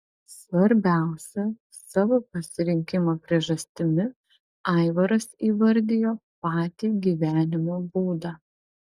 svarbiausia savo pasirinkimo priežastimi aivaras įvardijo patį gyvenimo būdą